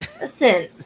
Listen